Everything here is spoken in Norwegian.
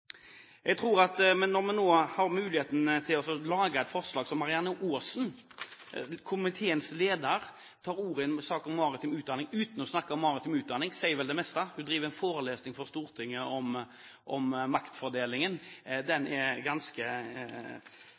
at Marianne Aasen, komiteens leder, tar ordet i en sak om maritim utdanning uten å snakke om maritim utdanning, sier vel det meste. Hun foreleser for Stortinget om maktfordelingen, noe som er ganske